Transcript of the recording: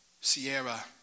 Sierra